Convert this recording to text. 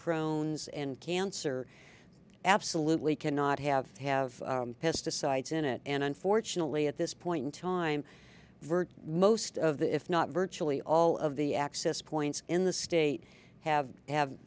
crones and cancer absolutely cannot have have pesticides in it and unfortunately at this point in time virt most of the if not virtually all of the access points in the state have to have